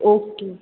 okay